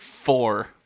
Four